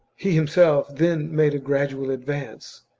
he himself then made a gradual advance,